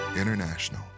International